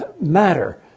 Matter